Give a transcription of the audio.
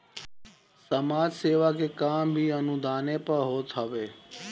समाज सेवा के काम भी अनुदाने पअ होत हवे